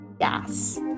Yes